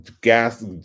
gas